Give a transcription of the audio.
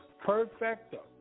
Perfecto